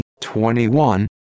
21